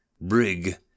Brig